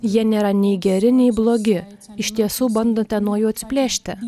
jie nėra nei geri nei blogi iš tiesų bandote nuo jų atsiplėšti